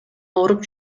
ооруп